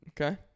Okay